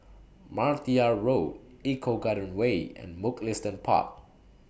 Martia Road Eco Garden Way and Mugliston Park